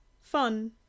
fun